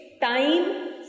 time